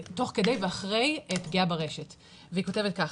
תוך כדי ואחרי פגיעה ברשת והיא כותבת ככה: